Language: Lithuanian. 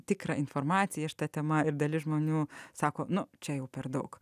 tikrą informaciją šita tema ir dalis žmonių sako nu čia jau per daug